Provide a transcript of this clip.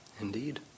Indeed